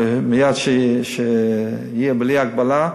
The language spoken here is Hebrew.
ומייד כשזה יהיה בלי הגבלה,